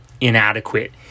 inadequate